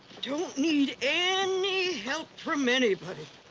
don't need any help from anybody.